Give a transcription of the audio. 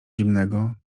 zimnego